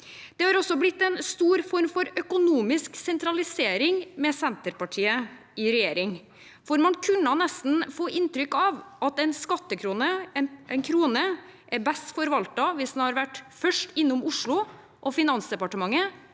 Det er også blitt en stor form for økonomisk sentralisering med Senterpartiet i regjering, for man kunne nesten få inntrykk av at en krone er best forvaltet hvis den først har vært innom Oslo og Finansdepartementet